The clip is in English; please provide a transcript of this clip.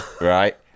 right